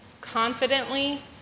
confidently